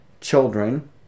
Children